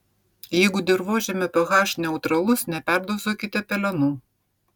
jeigu dirvožemio ph neutralus neperdozuokite pelenų